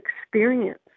experience